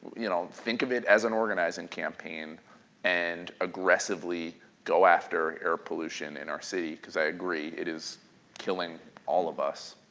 you know think of it as an organizing campaign and aggressively go after air pollution in our city because i agree it is killing all of us.